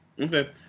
Okay